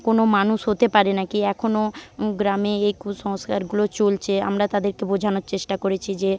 কোনো মানুষ হতে পারে নাকি এখনও গ্রামে এই কুসংস্কারগুলো চলছে আমরা তাদেরকে বোঝানোর চেষ্টা করেছি যে